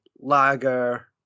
lager